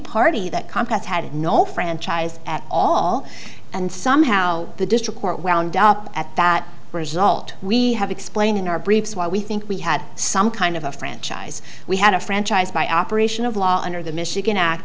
party that compacts had no franchise at all and somehow the district court wound up at that result we have explained in our briefs why we think we had some kind of a franchise we had a franchise by operation of law under the michigan act